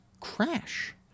crash